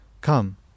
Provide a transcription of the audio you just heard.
Come